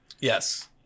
Yes